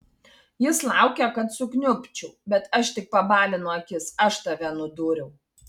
jis laukia kad sukniubčiau bet aš tik pabalinu akis aš tave nudūriau